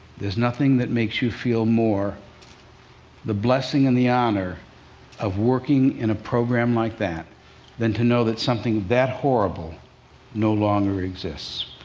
there's nothing that makes you feel more the blessing and the honor of working in a program like that than to know that something that horrible no longer exists.